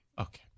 Okay